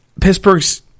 Pittsburgh's